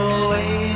away